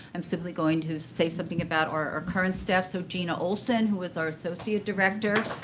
i'm simply going to say something about our current staff. so gina olson, who is our associate director.